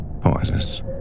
Pauses